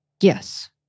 Yes